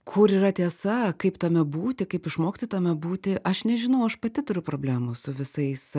kur yra tiesa kaip tame būti kaip išmokti tame būti aš nežinau aš pati turiu problemų su visais